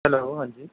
hello ਹਾਂਜੀ